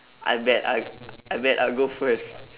I bet I I bet I'll go first